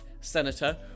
senator